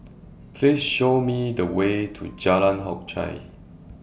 Please Show Me The Way to Jalan Hock Chye